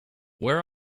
where